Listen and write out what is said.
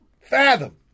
Fathom